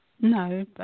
no